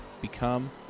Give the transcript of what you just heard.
become